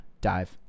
dive